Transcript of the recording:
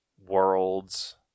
worlds